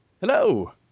Hello